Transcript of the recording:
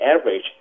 average